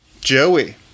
Joey